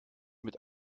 mit